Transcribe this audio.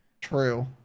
True